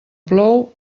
plou